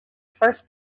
first